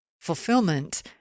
Fulfillment